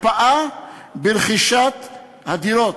הקפאה ברכישת הדירות.